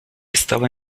estaba